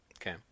Okay